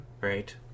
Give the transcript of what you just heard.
Right